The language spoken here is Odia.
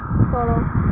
ତଳ